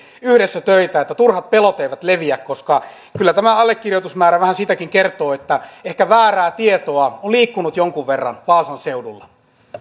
yhdessä töitä että turhat pelot eivät leviä koska kyllä tämä allekirjoitusmäärä vähän siitäkin kertoo että ehkä väärää tietoa on liikkunut jonkun verran vaasan seudulla